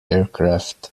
aircraft